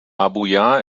abuja